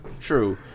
True